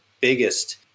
biggest